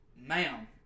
Ma'am